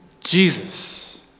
Jesus